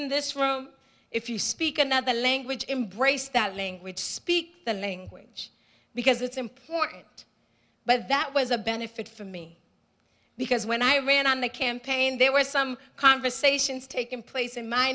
in this room if you speak another language embrace that language speak the language because it's important but that was a benefit for me because when i ran on the campaign there were some conversations taking place in my